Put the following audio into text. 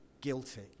guilty